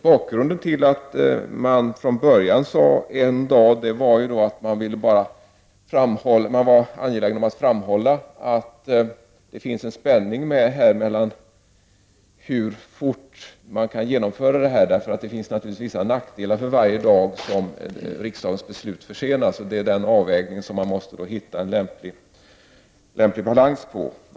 Bakgrunden till att man från början gick ut med en motionstid på en dag var att man var angelägen om att framhålla att det finns en spänning här och att man bör genomföra detta ganska snart. För varje dag som riksdagens beslut försenas uppstår naturligtvis vissa nackdelar. Man måste således göra en avvägning och hitta en lämplig balans.